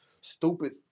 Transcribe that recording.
stupid